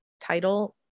title